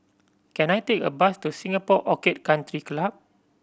can I take a bus to Singapore Orchid Country Club